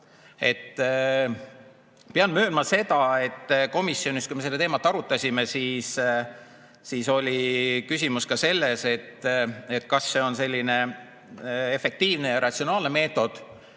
Pean möönma seda, et komisjonis, kui me seda teemat arutasime, oli küsimus ka selles, kas see on selline efektiivne ja ratsionaalne meetod.